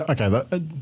okay